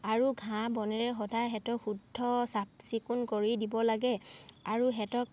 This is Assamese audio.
আৰু ঘাঁহ বনেৰে সদায় সিহঁতক শুদ্ধ চাফ চিকুণ কৰি দিব লাগে আৰু সিহঁতক